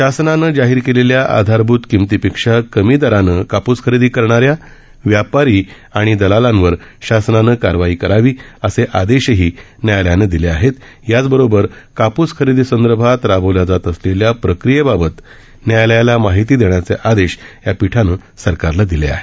शासनानं जाहीर केलेल्या आधारभूत किमतीपेक्षा कमी दरानं काप्स खरेदी करणाऱ्या व्यापारी आणि दलांलावर शासनानं कारवाई करावी असे आदेशही खंडपीठानं दिले आहेत याचबरोबर कापूस खरेदीसंदर्भात राबवल्या जात असलेल्या प्रक्रियेबाबत न्यायालयाला माहिती देण्याचे आदेश या पीठानं सरकारला दिले आहेत